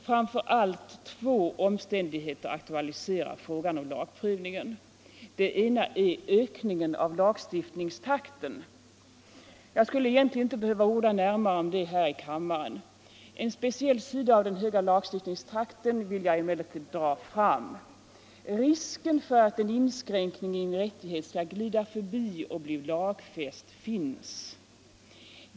Framför allt två omständigheter aktualiserar frågan om lagprövningen. Den ena är ökningen av lagstiftningstakten. Jag skulle egentligen inte behöva orda närmare om den här i kammaren. En speciell sida av den höga lagstiftningstakten vill jag emellertid dra fram. Risken för att en inskränkning i en rättighet skall glida förbi och bli lagfäst finns.